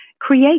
create